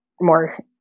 more